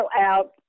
out